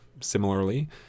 similarly